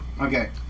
Okay